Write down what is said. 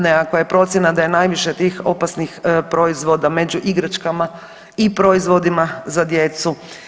Nekakva je procjena da je najviše tih opasnih proizvoda među igračkama i proizvodima za djecu.